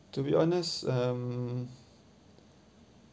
to be honest um